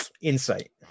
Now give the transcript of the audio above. Insight